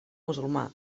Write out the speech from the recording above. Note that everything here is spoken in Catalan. musulmà